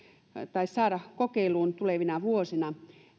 saada kokeiluun tulevina vuosina